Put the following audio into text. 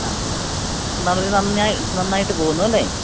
ആ നന്നായിട്ട് പോകുന്നു അല്ലേ